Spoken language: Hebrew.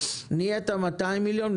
אחר כך אמרת 200 מיליון,